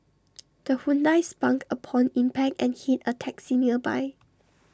the Hyundai spunk upon impact and hit A taxi nearby